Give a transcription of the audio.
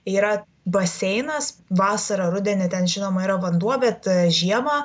yra baseinas vasarą rudenį ten žinoma yra vanduo bet žiemą